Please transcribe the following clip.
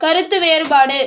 கருத்து வேறுபாடு